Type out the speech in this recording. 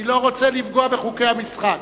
אני לא רוצה לפגוע בחוקי המשחק.